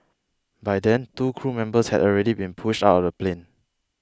by then two crew members had already been pushed out of the plane